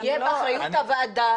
שיהיה באחריות הוועדה.